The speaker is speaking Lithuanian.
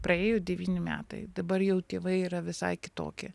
praėjo devyni metai dabar jau tėvai yra visai kitokie